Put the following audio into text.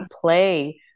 play